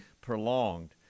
prolonged